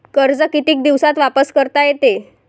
कर्ज कितीक दिवसात वापस करता येते?